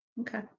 Okay